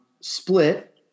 split